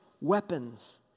weapons